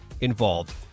involved